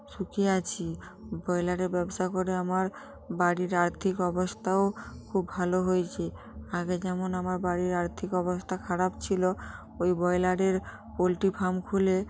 সুখী আছি ব্রয়লারের ব্যবসা করে আমার বাড়ির আর্থিক অবস্থাও খুব ভালো হয়েছে আগে যেমন আমার বাড়ির আর্থিক অবস্থা খারাপ ছিলো ওই ব্রয়লারের পোলট্রি ফার্ম খুলে